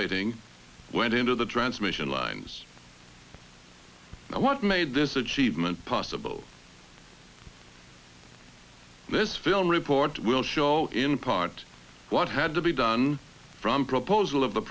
rating went into the transmission lines what made this achievement possible this film report will show in part what had to be done from proposal of the